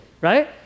Right